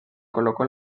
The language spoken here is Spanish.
colocó